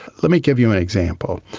let me give you an example.